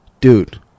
dude